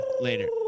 Later